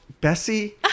Bessie